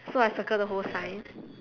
so I circle the whole sign